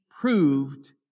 proved